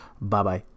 Bye-bye